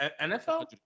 NFL